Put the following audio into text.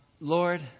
Lord